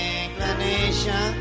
inclination